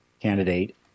candidate